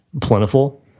plentiful